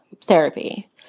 therapy